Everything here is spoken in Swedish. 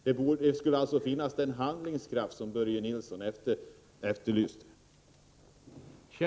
Det borde alltså finnas sådan handlingskraft som Börje Nilsson efterlyste.